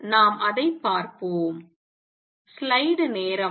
எனவே நாம் அதை பார்ப்போம்